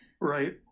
Right